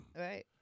Right